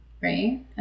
right